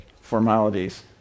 formalities